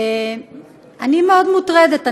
אני מאוד מוטרדת,